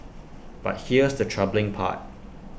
but here's the troubling part